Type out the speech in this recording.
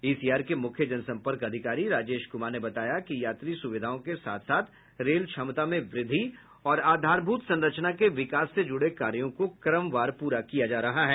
ECR के मुख्य जनसंपर्क अधिकारी राजेश कुमार ने बताया कि यात्री सुविधाओं के साथ साथ रेल क्षमता में वृद्धि और आधारभूत संरचना के विकास से जुड़े कार्यो को क्रमवार पूरा कर रहा है